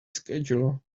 schedule